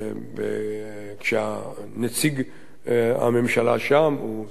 כשנציג הממשלה שם הוא שר הביטחון.